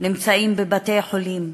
נמצאים בבתי-חולים,